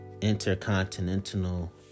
intercontinental